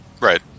Right